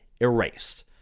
erased